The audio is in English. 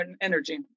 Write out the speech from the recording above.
energy